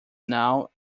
now